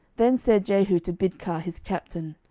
then said jehu to bidkar his captain,